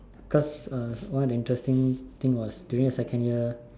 cause uh one of the interesting thing was during the second year